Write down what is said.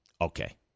Okay